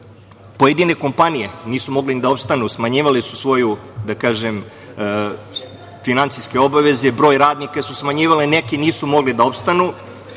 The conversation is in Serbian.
pojedine kompanije nisu mogle ni da opstanu, smanjivale su svoje finansijske obaveze, broj radnika su smanjivale, neke nisu mogle da opstanu,